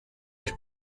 ich